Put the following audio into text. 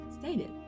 stated